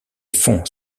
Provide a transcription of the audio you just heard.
fonds